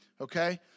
okay